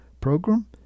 program